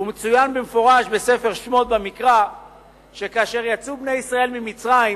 ומצוין במפורש בספר שמות במקרא שכאשר יצאו בני ישראל ממצרים,